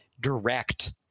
direct